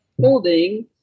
holding